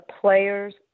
players